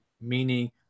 meaning